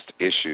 issues